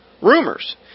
rumors